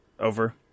over